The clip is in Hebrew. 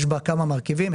יש בה כמה מרכיבים,